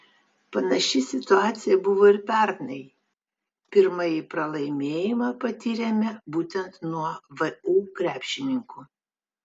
panaši situacija buvo ir pernai pirmąjį pralaimėjimą patyrėme būtent nuo vu krepšininkų